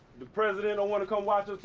the president don't wanna come watch us